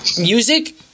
Music